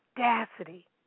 audacity